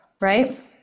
right